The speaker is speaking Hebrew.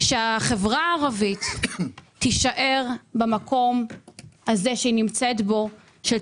שהחברה הערבית תישאר במקום שהיא נמצאת בו עכשיו,